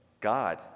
God